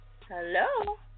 Hello